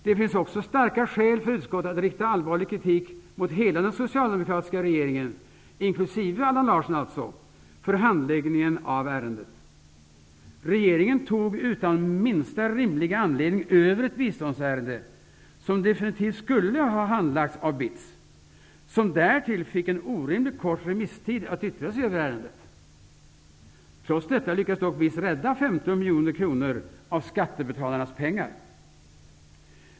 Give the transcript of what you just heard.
Det finns också starka skäl för utskottet att rikta allvarlig kritik mot hela den socialdemokratiska regeringen, inkl. Allan Regeringen tog utan minsta rimliga anledning över ett biståndsärende som definitivt skulle ha handlagts av BITS. Därtill fick BITS en orimligt kort remisstid att yttra sig över ärendet. Trots detta lyckades dock BITS rädda 15 miljoner kronor av skattebetalarnas pengar.